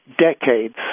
decades